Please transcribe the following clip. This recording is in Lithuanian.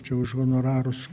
čia už honorarus